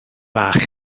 fach